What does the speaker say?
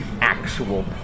actual